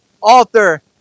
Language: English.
author